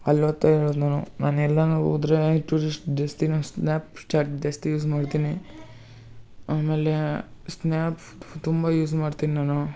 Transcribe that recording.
ಅಲ್ಲಿ ಓದ್ತಾ ಇರೋದು ನಾನು ನಾನು ಎಲ್ಲಾರೂ ಹೋದ್ರೆ ಟೂರಿಶ್ಟ್ ಜಾಸ್ತಿ ನಾನು ಸ್ನ್ಯಾಪ್ಚಾರ್ಟ್ ಜಾಸ್ತಿ ಯೂಸ್ ಮಾಡ್ತೀನಿ ಆಮೇಲೆ ಸ್ನ್ಯಾಪ್ ತುಂಬ ಯೂಸ್ ಮಾಡ್ತೀನಿ ನಾನು